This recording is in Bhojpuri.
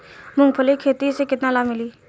मूँगफली के खेती से केतना लाभ मिली?